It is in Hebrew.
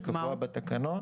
זה קבוע בתקנות.